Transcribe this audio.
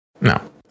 No